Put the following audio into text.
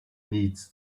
needs